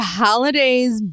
holidays